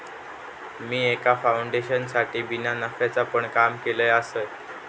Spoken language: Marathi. मी एका फाउंडेशनसाठी बिना नफ्याचा पण काम केलय आसय